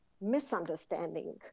misunderstanding